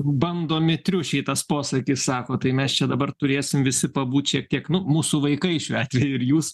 bandomi triušiai tas posakis sako tai mes čia dabar turėsim visi pabūt šiek tiek nu mūsų vaikai šiuo atveju ir jūs